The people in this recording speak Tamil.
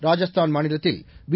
ராஜஸ்தான் மாநிலத்தில் பி